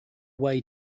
way